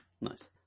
Nice